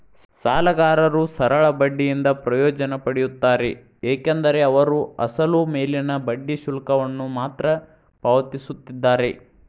ಸಾಲಗಾರರು ಸರಳ ಬಡ್ಡಿಯಿಂದ ಪ್ರಯೋಜನ ಪಡೆಯುತ್ತಾರೆ ಏಕೆಂದರೆ ಅವರು ಅಸಲು ಮೇಲಿನ ಬಡ್ಡಿ ಶುಲ್ಕವನ್ನು ಮಾತ್ರ ಪಾವತಿಸುತ್ತಿದ್ದಾರೆ